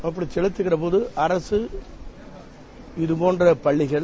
ஆப்படி கெலுத்துகிற போது அரக இதுபோன்ற பள்ளிகள்